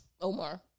Omar